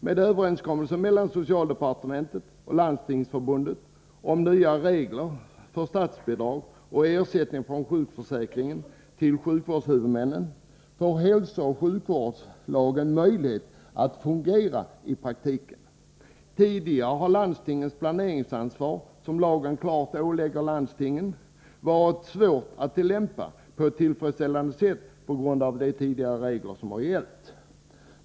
Med överenskommelsen mellan socialdepartementet och Landstingsförbundet om nya regler för statsbidrag och ersättning från sjukförsäkringen till sjukvårdshuvudmännen blir det möjligt att få hälsooch sjukvårdslagen att fungera i praktiken. Tidigare har landstingens planeringsansvar, som lagen klart ålägger landstingen, varit svårt att tillämpa på ett tillfredsställande sätt på grund av de regler som hittills gällt.